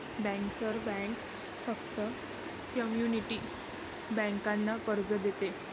bankers bank फक्त community बँकांना कर्ज देते